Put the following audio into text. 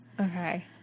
Okay